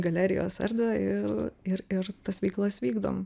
galerijos erdvę ir ir ir tas veiklas vykdom